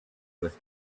with